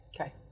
Okay